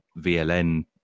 VLN